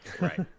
Right